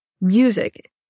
music